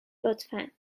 لطفا